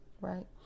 right